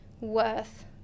worth